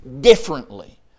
differently